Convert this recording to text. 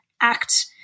act